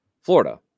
Florida